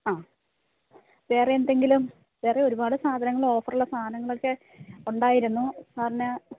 ആ വേറെ എന്തെങ്കിലും വേറെ ഒരുപാട് സാധനങ്ങൾ ഓഫറിലെ സാധനങ്ങളെക്കെ ഉണ്ടായിരുന്നു സാറിന്